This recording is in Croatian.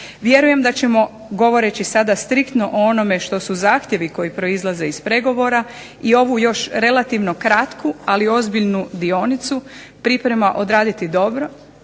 Vjerujem da ćemo govoreći sada striktno o onome što su zahtjevi koji proizlaze iz pregovora i ovu još relativno kratku ali ozbiljnu dionicu priprema odraditi dobro.